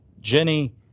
Jenny